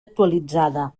actualitzada